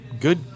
good